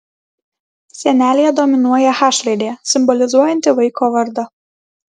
sienelėje dominuoja h raidė simbolizuojanti vaiko vardą